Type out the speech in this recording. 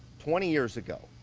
twenty years ago,